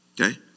Okay